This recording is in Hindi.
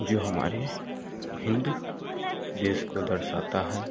जो हमारे हिंद देश को दर्शाता है